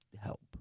help